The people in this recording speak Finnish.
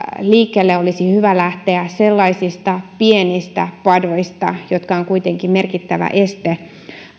liikkeelle olisi hyvä lähteä sellaisista pienistä padoista jotka ovat kuitenkin merkittävä este